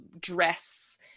dress